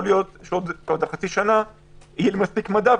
יכול להיות שעוד חצי שנה יהיה לי מספיק מדע,